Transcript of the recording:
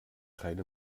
keine